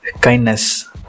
kindness